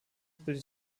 bildet